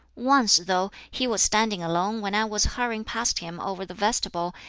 once, though, he was standing alone when i was hurrying past him over the vestibule,